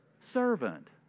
servant